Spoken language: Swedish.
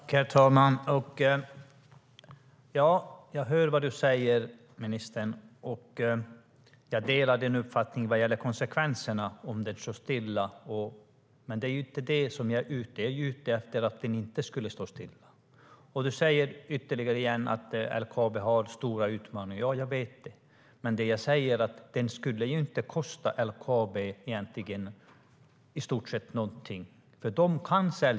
Herr talman! Jag hör vad ministern säger, och jag delar hans uppfattning vad gäller konsekvenserna av om gruvan står stilla. Men jag är ute efter att gruvan inte ska stå stilla. Ministern säger att LKAB står inför stora utmaningar. Jag vet det. Men gruvan skulle inte kosta LKAB någonting eftersom de kan sälja malmen.